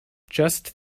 just